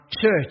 church